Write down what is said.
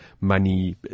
money